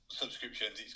subscriptions